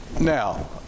now